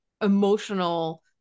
emotional